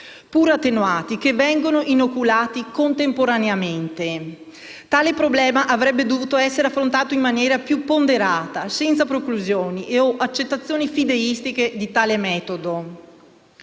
pur attenuati, che vengono inoculati contemporaneamente. Tale problema avrebbe dovuto essere affrontato in maniera più ponderata, senza preclusioni o accettazioni fideistiche di tale metodo.